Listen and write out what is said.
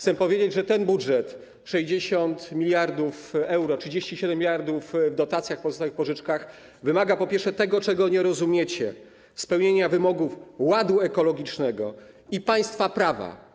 Chcę powiedzieć, że ten budżet, wynoszący 60 mld euro, 37 mld w dotacjach, pozostałe w pożyczkach, wymaga, po pierwsze, tego, czego nie rozumiecie: spełnienia wymogów ładu ekologicznego i państwa prawa.